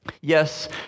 Yes